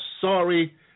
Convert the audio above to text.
sorry